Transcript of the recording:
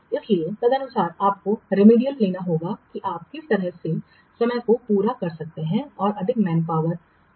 इसलिए तदनुसार आपको रिमेडियल्स लेना होगा कि आप किस तरह से समय को पूरा कर सकते हैं और अधिक मैन पावर श्रमशक्ति को काम पर रख सकते हैं